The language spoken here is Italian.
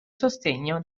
sostegno